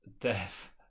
Death